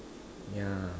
yeah